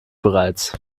bereits